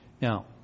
Now